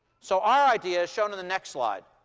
so our idea is shown the next slide.